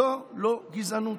זו לא גזענות,